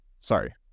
sorry